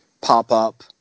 pop-up